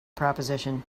proposition